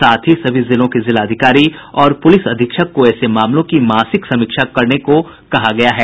साथ ही सभी जिलों के जिलाधिकारी और पुलिस अधीक्षक को ऐसे मामले की मासिक समीक्षा करने को कहा गया है